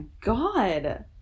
God